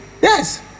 Yes